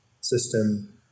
system